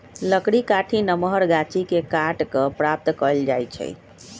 लकड़ी काठी नमहर गाछि के काट कऽ प्राप्त कएल जाइ छइ